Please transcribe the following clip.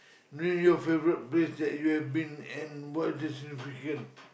name your favourite place that you have been and what's the significant